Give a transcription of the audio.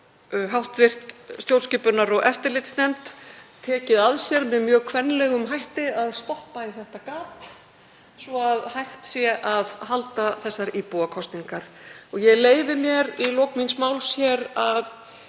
hv. stjórnskipunar- og eftirlitsnefnd tekið að sér með mjög kvenlægum hætti að stoppa í þetta gat svo hægt sé að halda þessar íbúakosningar. Ég leyfi mér í lok míns máls hér að